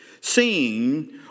seeing